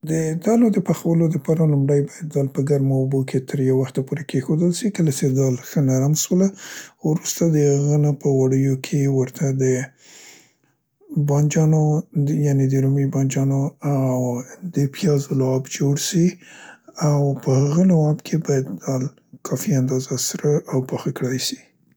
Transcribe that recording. د دالو د پخولو دپاره لومړی باید دال په ګرمو اوبو کې تر یو وخته پورې کیښودل سي، کله څې دال ښه نرم سوله، ورسته د هغه نه په غوړیو کې ورته دې بانجانو، د، یعنې د رومي بانجانو او د پیازو لعاب جوړ سي او په هغه لعاب کې باید دال په کافي اندازه سره او پاخه کړی سي.